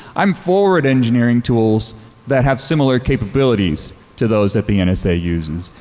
i'm forward engineering tools that have similar capabilities to those that the and nsa uses.